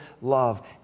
love